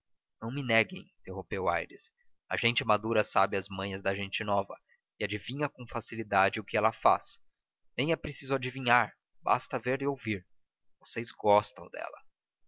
não me neguem interrompeu aires a gente madura sabe as manhas da gente nova e adivinha com facilidade o que ela faz nem é preciso adivinhar basta ver e ouvir vocês gostam dela